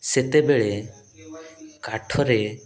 ସେତେବେଳେ କାଠରେ